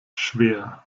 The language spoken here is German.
schwer